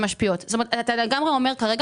בדבריי.